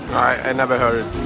i've never heard.